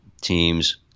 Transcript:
teams